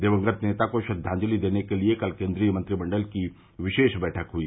दिवंगत नेता को श्रद्वांजलि देने के लिए कल केन्द्रीय मंत्रिमंडल की विशेष बैठक हई